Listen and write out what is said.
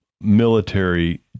military